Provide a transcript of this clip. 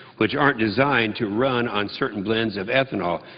which aren't designed to run on certain blends of ethanol,